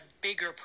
bigger